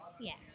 Yes